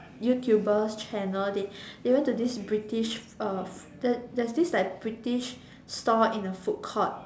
YouTuber's channel they they went to this British uh there there's this like British stall in the food court